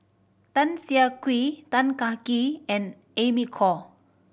Tan Siah Kwee Tan Kah Kee and Amy Khor